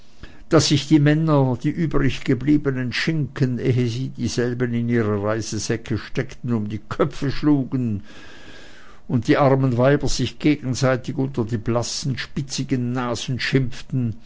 daß sich die männer die übriggebliebenen schinken ehe sie dieselben in ihre reisesäcke steckten um die köpfe schlugen und die armen weiber sich gegenseitig unter die blassen spitzigen